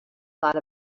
thought